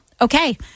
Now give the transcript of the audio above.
Okay